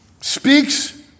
speaks